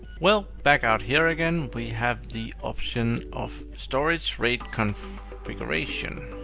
well, back out here again, we have the option of storage raid kind of configuration.